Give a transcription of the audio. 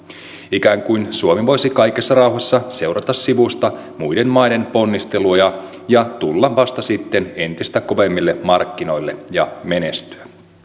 ikään kuin suomi voisi kaikessa rauhassa seurata sivusta muiden maiden ponnisteluja ja tulla vasta sitten entistä kovemmille markkinoille ja menestyä